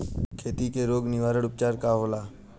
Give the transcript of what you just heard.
खेती के रोग निवारण उपचार का होला?